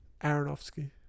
Aronofsky